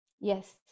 Yes